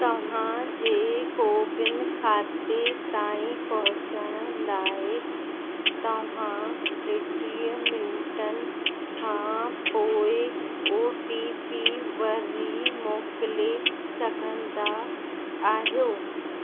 तव्हां जे कोविन खाते ताईं पहुचण लाइ तव्हां टेटीह मिंटनि खां पोइ ओ टी पी वरी मोकिले सघंदा आहियो